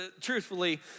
truthfully